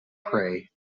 prey